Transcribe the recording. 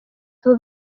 aba